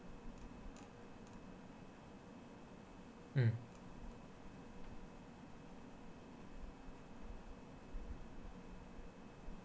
mm